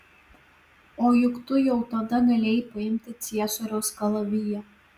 o juk tu jau tada galėjai paimti ciesoriaus kalaviją